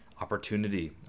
opportunity